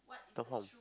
dot com